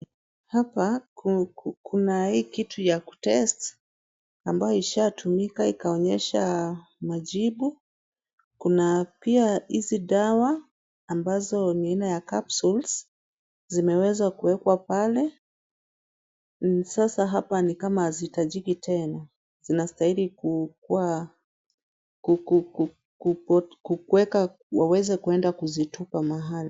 Hapa, kuna hii kitu ya kutest ambayo ishatumika ikaonyesha majibu. Kuna pia hizi dawa ambazo ni aina ya capsules zimeweza kuwekwa pale. Sasa hapa ni kama hazihitajiki tena. Zinastahili waweze kwenda kuzitupa mahali.